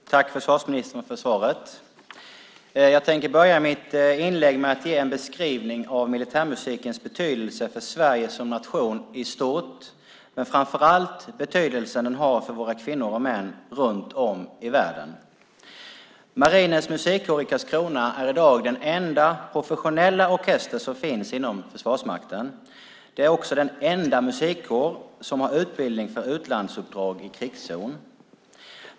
Fru talman! Tack, försvarsministern, för svaret! Jag tänker börja mitt inlägg med att ge en beskrivning av militärmusikens betydelse för Sverige som nation i stort men framför allt den betydelse den har för våra kvinnor och män runt om i världen. Marinens musikkår i Karlskrona är i dag den enda professionella orkester som finns inom Försvarsmakten. Det är också den enda musikkår som har utbildning för utlandsuppdrag i krigszon.